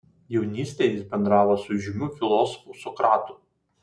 jaunystėje jis bendravo su įžymiu filosofu sokratu